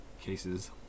cases